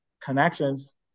connections